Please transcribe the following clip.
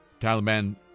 Taliban